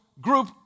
group